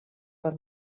per